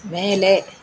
மேலே